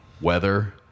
weather